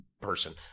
person